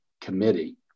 committee